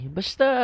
Basta